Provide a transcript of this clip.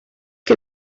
que